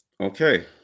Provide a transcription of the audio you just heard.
Okay